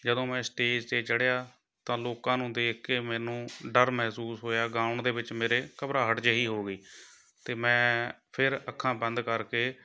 ਜਦੋਂ ਮੈਂ ਸਟੇਜ 'ਤੇ ਚੜ੍ਹਿਆ ਤਾਂ ਲੋਕਾਂ ਨੂੰ ਦੇਖ ਕੇ ਮੈਨੂੰ ਡਰ ਮਹਿਸੂਸ ਹੋਇਆ ਗਾਉਣ ਦੇ ਵਿੱਚ ਮੇਰੇ ਘਬਰਾਹਟ ਜਿਹੀ ਹੋ ਗਈ ਅਤੇ ਮੈਂ ਫਿਰ ਅੱਖਾਂ ਬੰਦ ਕਰਕੇ